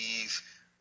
leave